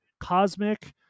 cosmic